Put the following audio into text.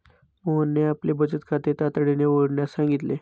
मोहनने आपले बचत खाते तातडीने उघडण्यास सांगितले